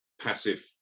passive